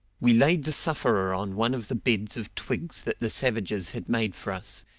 we laid the sufferer on one of the beds of twigs that the savages had made for us,